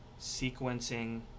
sequencing